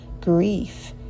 grief